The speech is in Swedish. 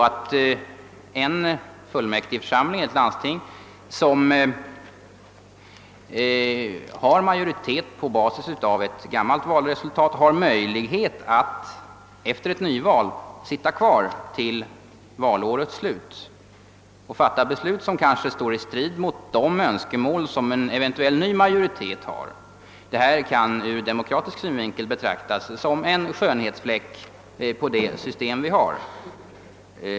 I en fullmäktigförsamling eller ett landsting har emellertid den majoritet som finns på basis av ett gammalt val möjlighet att även efter ett nyval sitta kvar till valårets slut. Under denna tid kan församlingen fatta beslut, vilka står i strid mot de önskemål som en eventuell ny majoritet har. Detta måste ur demokratisk synvinkel betraktas som en skönhetsfläck på det nuvarande systemet.